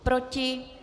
Proti?